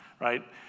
right